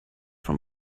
von